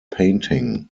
painting